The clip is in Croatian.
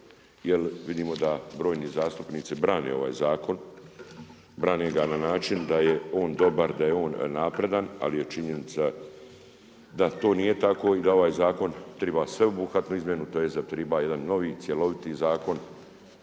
jer vidimo da brojni zastupnici brane ovaj zakon, brane ga na način da je on dobar, da je on napredan, ali je činjenica da to nije tako i da ovaj zakon treba sveobuhvatnu izmjenu tj. da treba jedan novi cjeloviti zakon,